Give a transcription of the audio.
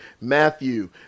Matthew